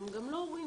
וגם לא הורים,